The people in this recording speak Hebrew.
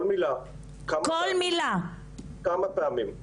כל מילה, כמה פעמים.